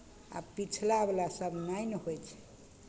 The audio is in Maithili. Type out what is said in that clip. आब पिछलावला सभ नहि ने होइ छै